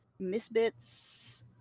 Misbits